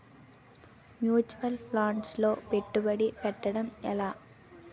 Mutual funds లో పెట్టుబడి పెట్టడం ఎలా?